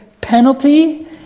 penalty